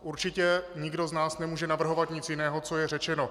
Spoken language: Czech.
Určitě nikdo z nás nemůže navrhovat nic jiného, co je řečeno.